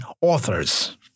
authors